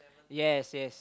yes yes